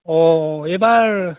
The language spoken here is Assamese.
অঁ এইবাৰ